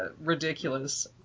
ridiculous